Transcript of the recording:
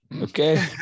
Okay